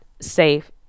safe